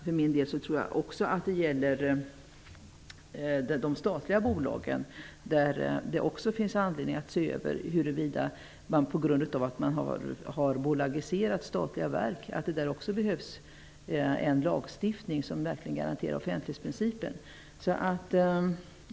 För min del tror jag också att det gäller de statliga bolagen, där det finns anledning att undersöka huruvida det på grund av att man har bolagiserat statliga verk behövs en lagstiftning som verkligen garanterar offentlighetsprincipen.